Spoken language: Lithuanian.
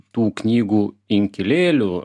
tų knygų inkilėlių